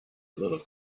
little